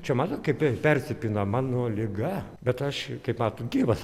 čia matot kaip persipina mano liga bet aš kaip matot gyvas